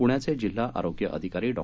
पृण्याचेजिल्हाआरोग्यअधिकारीडॉ